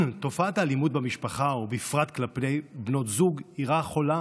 תופעת האלימות במשפחה ובפרט כלפי בנות זוג היא רעה חולה